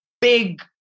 big